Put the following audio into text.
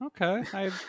Okay